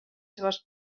seves